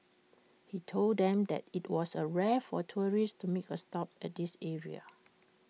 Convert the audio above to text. he told them that IT was rare for tourists to make A stop at this area